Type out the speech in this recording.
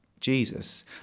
Jesus